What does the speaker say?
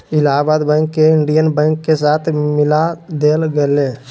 Allahabad bank के Indian bank के साथ मिला देल गेले